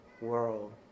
world